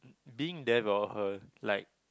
being there well her like